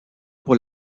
pour